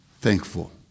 thankful